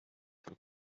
von